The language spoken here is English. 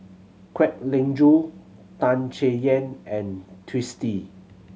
Kwek Leng Joo Tan Chay Yan and Twisstii